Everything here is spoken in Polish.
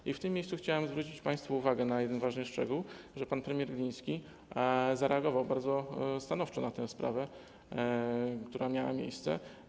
I w tym miejscu chciałbym zwrócić państwa uwagę na jeden ważny szczegół, że pan premier Gliński zareagował bardzo stanowczo na tę sprawę, która miała miejsce.